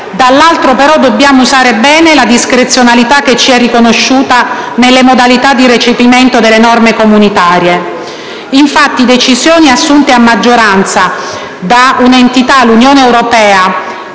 d'altro, però, dobbiamo usare bene la discrezionalità che ci è riconosciuta nelle modalità di recepimento delle norme comunitarie. Infatti, decisioni assunte a maggioranza da un'entità - l'Unione europea